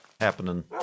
happening